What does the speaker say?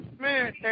man